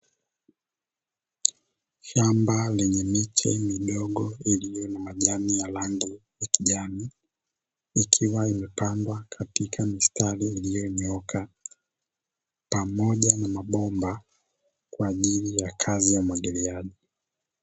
Shamba lenye miche midogo iliyo na majani ya rangi ya kijani ikiwa imepandwa katika mistari iliyonyooka pamoja na mabomba, kwa ajili ya kazi ya umwagiliaji.